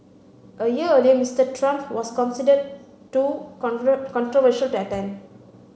a year earlier Mister Trump was considered too controversial to attend